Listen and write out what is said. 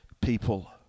people